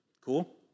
cool